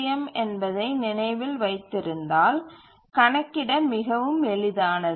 M என்பதை நினைவில் வைத்திருந்தால் கணக்கிட மிகவும் எளிதானது